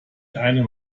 einem